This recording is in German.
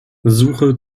suche